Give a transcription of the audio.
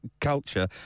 culture